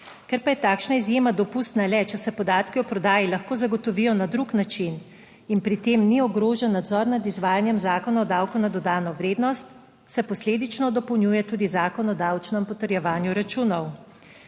Ker pa je takšna izjema dopustna le, če se podatki o prodaji lahko zagotovijo na drug način in pri tem ni ogrožen nadzor nad izvajanjem Zakona o davku na dodano vrednost, se posledično dopolnjuje tudi Zakon o davčnem potrjevanju računov.